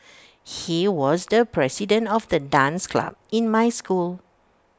he was the president of the dance club in my school